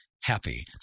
happy